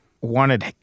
wanted